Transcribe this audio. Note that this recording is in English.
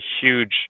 huge